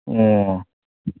ꯑꯣ